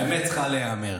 האמת צריכה להיאמר.